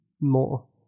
more